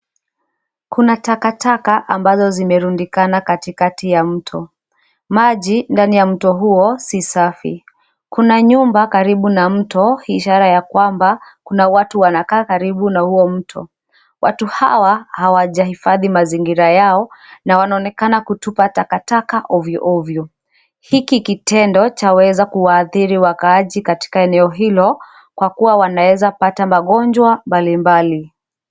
Kuna takataka ambazo zimerundikana katikati ya mto. Maji ndani ya mto huo si safi. Kuna nyumba karibu na mto, ishara ya kwamba kuna watu wanakaa karibu na huo mto. Watu hawa hawajahifadhi mazingira yao, na wanaonekana kutupa takataka ovyo ovyo. Hiki kitendo chaweza kuwaadhiri wakaazi katika eneo hilo; kwa kuwa wanaweza kupata magonjwa mbalimbali.